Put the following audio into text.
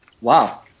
Wow